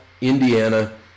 Indiana